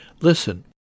Listen